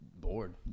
bored